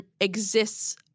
exists –